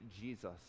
Jesus